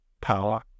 power